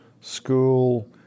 school